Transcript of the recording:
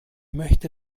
möchte